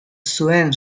zuen